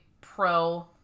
pro-